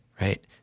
right